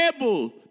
able